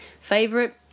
favorite